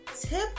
tip